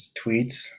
tweets